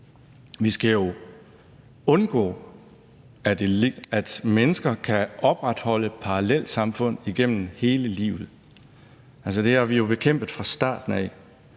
Vi skal undgå, at mennesker kan opretholde parallelsamfund igennem hele livet. Det har vi jo bekæmpet fra starten af